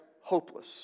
hopeless